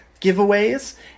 giveaways